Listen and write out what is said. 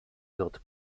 wird